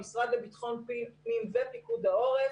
עם המשרד לביטחון הפנים ופיקוד העורף,